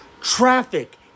Traffic